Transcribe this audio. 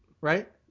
Right